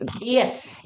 Yes